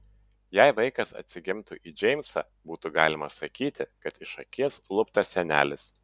jei vaikas atsigimtų į džeimsą būtų galima sakyti kad iš akies luptas senelis